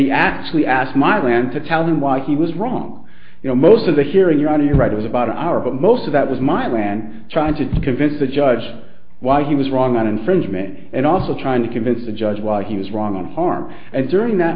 he actually asked milan to tell them why he was wrong you know most of the hearing you're on you're right about an hour but most of that was milan trying to convince the judge why he was wrong on infringement and also trying to convince the judge why he was wrong on harm and during that